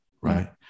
right